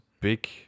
big